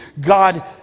God